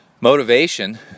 motivation